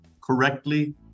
correctly